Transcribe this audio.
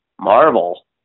Marvel